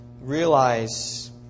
realize